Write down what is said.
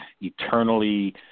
eternally